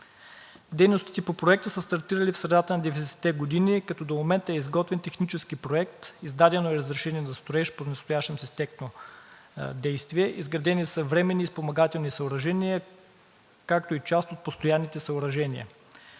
Дейностите по Проекта са стартирали в средата на 90-те години, като до момента е изготвен технически проект, издадено е разрешение за строеж, понастоящем с изтекло действие, изградени са временни и спомагателни съоръжения, както и част от постоянните съоръжения.